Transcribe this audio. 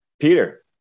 Peter